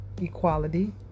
equality